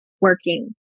working